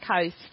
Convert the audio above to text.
coast